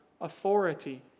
authority